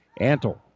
Antle